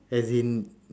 as in